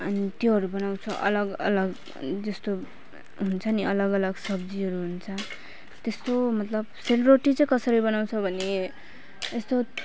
अनि त्योहरू बनाउँछ अलग अलग जस्तो हुन्छ नि अलग अलग सब्जीहरू हुन्छ त्यस्तो मतलब सेलरोटी चाहिँ कसरी बनाउँछ भने यस्तो